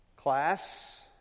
Class